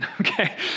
okay